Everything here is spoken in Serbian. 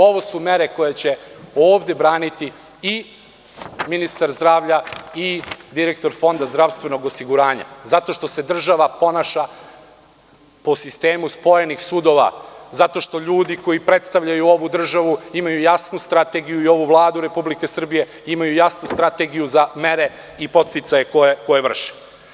Ovo su mere koje će ovde braniti i ministar zdravlja i direktor Fonda zdravstvenog osiguranja, zato što se država ponaša po sistemu spojenih sudova, zato što ljudi koji predstavljaju ovu državu imaju jasnu strategiju, i ovu Vladu Republike Srbije, imaju jasnu strategiju za mere i podsticaje koje vrše.